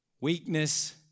Weakness